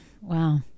Wow